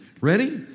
Ready